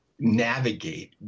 navigate